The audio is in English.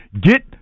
Get